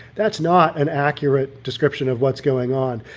that's not an accurate description of what's going on.